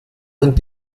und